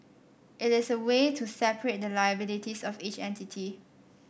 it is a way to separate the liabilities of each entity